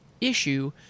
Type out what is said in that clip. issue